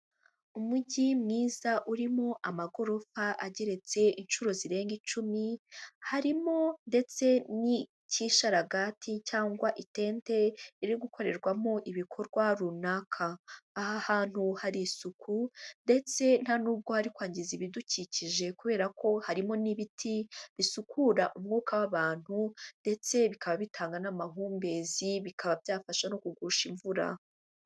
Umujyi mwiza urimo amagorofa ageretse inshuro zirenga icumi, harimo ndetse n'ikisharagati cyangwa itente iri gukorerwamo ibikorwa runaka. Aha hantu hari isuku ndetse ntanubwo hari kwangiza ibidukikije kubera ko harimo n'ibiti bisukura umwuka w'abantu ndetse bikaba bitanga n'amahumbezi, bikaba byafasha no kugusha imvura.